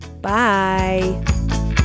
Bye